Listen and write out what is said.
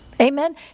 Amen